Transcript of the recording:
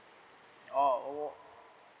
oh oh